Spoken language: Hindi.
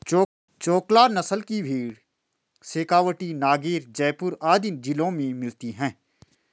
चोकला नस्ल की भेंड़ शेखावटी, नागैर, जयपुर आदि जिलों में मिलती हैं